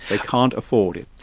they can't afford it.